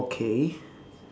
okay